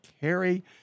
carry